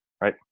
right